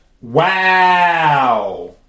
Wow